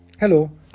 Hello